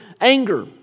anger